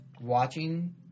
watching